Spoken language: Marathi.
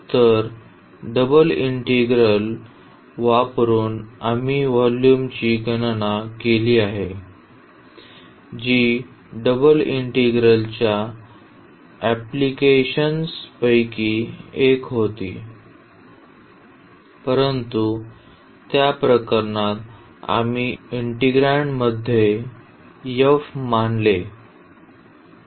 तर डबल इंटिग्रल वापरुन आम्ही व्हॉल्यूमची गणना केली आहे जी डबल इंटिग्रलच्या अँप्लिकेशन्सपैकी एक होती परंतु त्या प्रकरणात आम्ही त्या इंटिग्रेन्डमध्ये f मानले